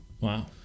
wow